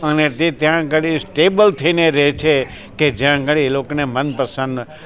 અને તે ત્યાં આગળ સ્ટેબલ થઈને રહે છે કે જ્યાં આગળ એ લોકોને મનપસંદ